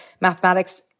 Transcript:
mathematics